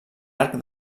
arc